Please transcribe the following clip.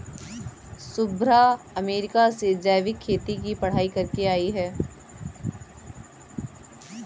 Shubhra America से जैविक खेती की पढ़ाई करके आई है